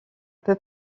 peu